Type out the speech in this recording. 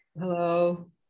Hello